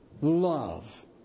love